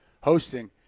hosting